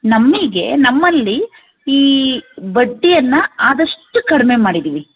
ನಮಗೆ ನಮ್ಮಲ್ಲಿ ಈ ಬಡ್ಡಿಯನ್ನು ಆದಷ್ಟು ಕಡಿಮೆ ಮಾಡಿದ್ದೀವಿ